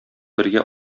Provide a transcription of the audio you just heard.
бергә